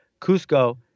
Cusco